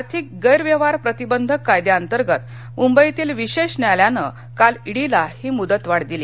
आर्थिक गैरव्यवहार प्रतिबंधक कायद्याअंतर्गत मुंबईतील विशेष न्यायालयानं काल इडीला ही मुदतवाढ दिली